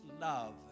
love